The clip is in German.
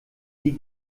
die